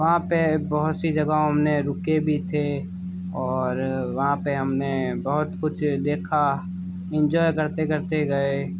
वहाँ पे बहुत सी जगहों हमने रुके भी थे और वहाँ पर हमने बहुत कुछ देखा इंजॉय करते करते गए